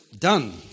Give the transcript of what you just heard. done